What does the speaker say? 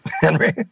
Henry